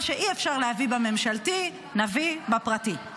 מה שאי-אפשר להביא בממשלתי, נביא בפרטי.